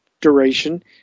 duration